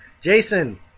Jason